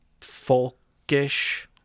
folkish